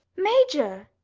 major!